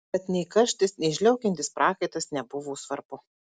tad nei karštis nei žliaugiantis prakaitas nebuvo svarbu